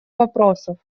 вопросов